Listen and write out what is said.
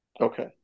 okay